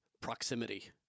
proximity